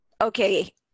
okay